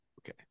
Okay